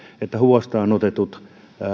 että huostaan otetut